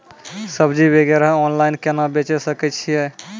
सब्जी वगैरह ऑनलाइन केना बेचे सकय छियै?